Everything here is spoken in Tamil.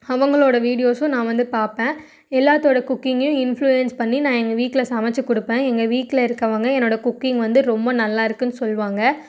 அவங்களோட வீடியோஸும் நான் வந்து பார்ப்பேன் எல்லாத்தோட குக்கிங்கியும் இன்ஃப்லுயன்ஸ் பண்ணி நான் எங்கள் வீட்டில் சமைச்சி கொடுப்பேன் எங்கள் வீட்டில் இருக்கவங்க என்னோட குக்கிங் வந்து ரொம்ப நல்லா இருக்குன்னு சொல்லுவாங்க